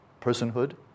personhood